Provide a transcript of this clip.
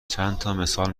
چندتامثال